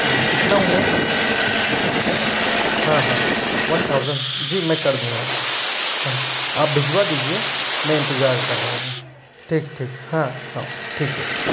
जी कितना हुआ जी हाँ हाँ वन थाउजंड जी मैं कर दूँगा हाँ आप भेजवा दीजिए मैं इंतजार कर रहा हूँ ठीक ठीक हाँ हाँ ठीक है